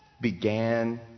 began